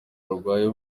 arwaye